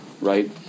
right